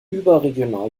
überregional